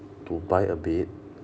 to buy a bed